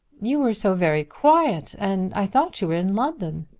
you were so very quiet and i thought you were in london.